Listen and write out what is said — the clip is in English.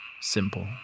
simple